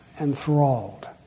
enthralled